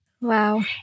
Wow